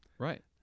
Right